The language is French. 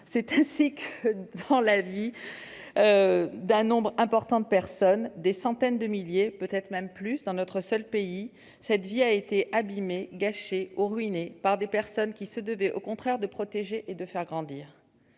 jeunes victimes : la vie d'un nombre important de personnes- des centaines de milliers, peut-être même davantage, dans notre seul pays -, a été abîmée, gâchée ou ruinée par des personnes qui se devaient au contraire de protéger et de faire grandir.